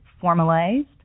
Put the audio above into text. formalized